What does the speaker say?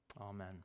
Amen